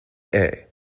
air